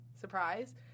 surprise